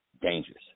dangerous